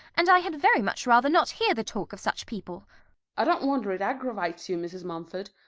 and i had very much rather not hear the talk of such people i don't wonder it aggravates you, mrs. mumford.